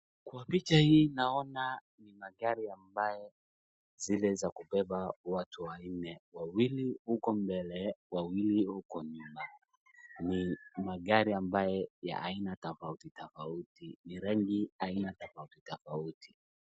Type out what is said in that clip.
Kwa picha hii naona ni magari ambayo zile za kubeba watu wanne. Wawili huko mbele, wawili huko nyuma. Ni magari ambayo ya aina tofauti tofauti. Ni rangi aina tofauti tofauti.